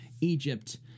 Egypt